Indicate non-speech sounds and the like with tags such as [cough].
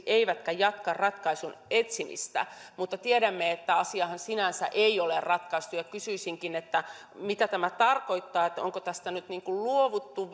eivätkä jatka ratkaisun etsimistä tiedämme että asiahan sinänsä ei ole ratkaistu ja kysyisinkin mitä tämä tarkoittaa onko tästä nyt niin kuin luovuttu [unintelligible]